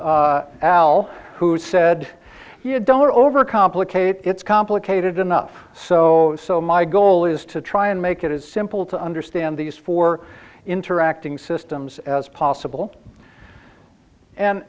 al who said you don't overcomplicate it's complicated enough so so my goal is to try and make it as simple to understand these four interacting systems as possible and